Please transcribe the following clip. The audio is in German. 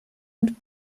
und